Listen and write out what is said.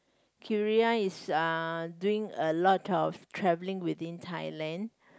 Queria is uh doing a lot of traveling within Thailand